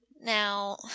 Now